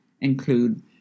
include